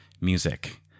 music